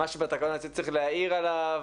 משהו בתקנות שצריך להעיר עליו?